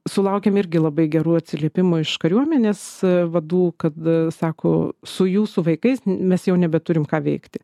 sulaukiam irgi labai gerų atsiliepimų iš kariuomenės vadų kad sako su jūsų vaikais mes jau nebeturim ką veikti